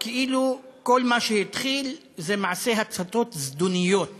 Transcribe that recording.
כאילו כל מה שהתחיל זה מעשה הצתות זדוניות